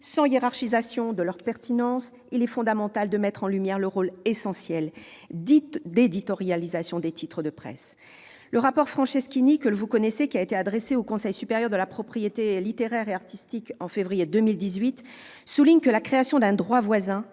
sans hiérarchisation de leur pertinence, il est fondamental de mettre en lumière le rôle essentiel d'éditorialisation des titres de presse. Le rapport Franceschini, adressé au Conseil supérieur de la propriété littéraire et artistique en février dernier, souligne que la création d'un droit voisin